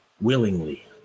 Willingly